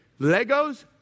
Legos